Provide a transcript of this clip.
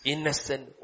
Innocent